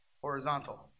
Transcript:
horizontal